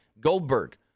Goldberg